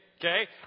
okay